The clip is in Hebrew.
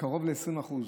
קרוב ל-20%